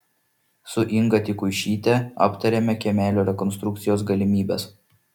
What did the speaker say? su inga tikuišyte aptarėme kiemelio rekonstrukcijos galimybes